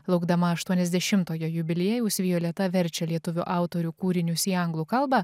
laukdama aštuoniasdešimtojo jubiliejaus violeta verčia lietuvių autorių kūrinius į anglų kalbą